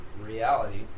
reality